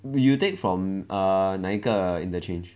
oh you take from err 哪一个 interchange